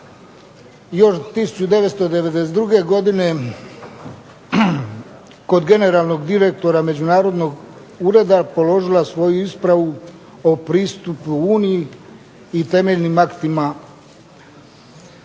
još 1992. godine kod generalnog direktora međunarodnog ureda položila svoju ispravu o pristupu uniji i temeljnim aktima i od